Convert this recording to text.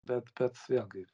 bet bet vėlgi